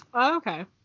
okay